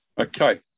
Okay